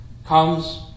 comes